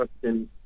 question